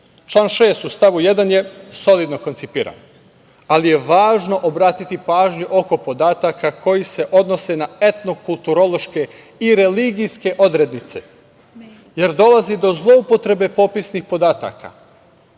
6. u stavu 1. je solidno koncipiran, ali je važno obratiti pažnju oko podataka koji se odnose na etnokulturološke i religijske odrednice, jer dolazi do zloupotrebe popisnih podataka,